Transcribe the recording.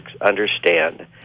understand